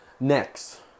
Next